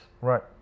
Right